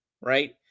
right